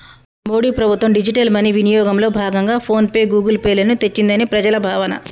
మోడీ ప్రభుత్వం digital money వినియోగంలో భాగంగా ఫోన్ పే, గూగుల్ పే లను తెచ్చిందని ప్రజల భావన